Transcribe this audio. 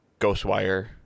Ghostwire